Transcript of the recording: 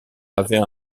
avait